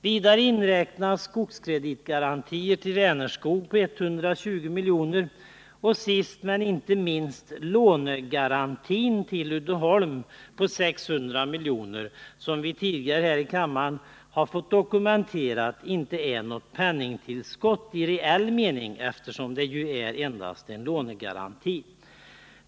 Vidare inräknas skogskreditgarantier till Vänerskog om 120 milj.kr. och sist men inte minst lånegarantin till Uddeholm på 600 milj.kr., som vi tidigare här i kammaren fått dokumenterat inte är något penningtillskott i reell mening, eftersom det ju endast är en lånegaranti.